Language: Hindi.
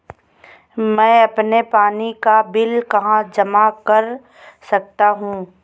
मैं अपने पानी का बिल कहाँ जमा कर सकता हूँ?